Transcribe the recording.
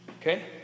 Okay